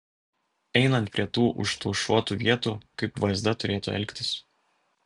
einant prie tų užtušuotų vietų kaip vsd turėtų elgtis